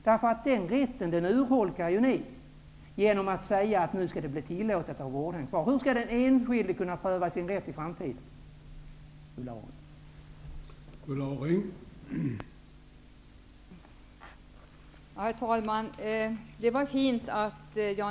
Ni urholkar denna rätt genom att säga att det nu skall bli tillåtet att ha vården kvar. Hur skall den enskilde kunna pröva sin rätt i framtiden, Ulla Orring?